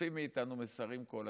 אוספים מאיתנו מסרים כל הזמן,